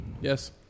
Yes